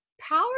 power